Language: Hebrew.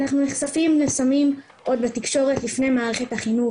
אנחנו נחשפים לסמים עוד בתקשורת לפני מערכת החינוך,